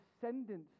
descendants